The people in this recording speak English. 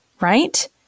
right